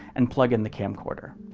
and plug-in the camcorder.